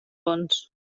bons